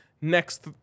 next